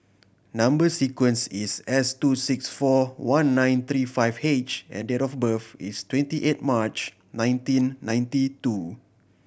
number sequence is S two six four one nine three five H and date of birth is twenty eight March nineteen ninety two